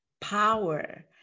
power